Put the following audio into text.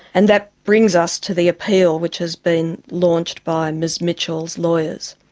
and that brings us to the appeal which has been launched by ms mitchell's lawyers.